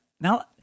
Now